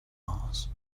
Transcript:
mars